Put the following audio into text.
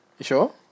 sure